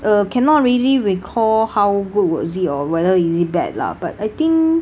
uh cannot really recall how good !wah! it or whether is it bad lah but I think